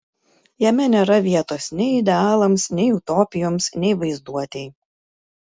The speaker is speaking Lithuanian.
jame nėra vietos nei idealams nei utopijoms nei vaizduotei